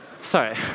sorry